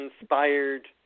inspired